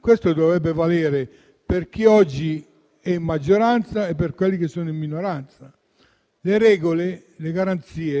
Questo dovrebbe valere per chi oggi è maggioranza e per quelli che sono minoranza: le regole, le garanzie e